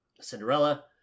cinderella